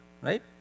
right